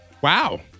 Wow